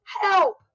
help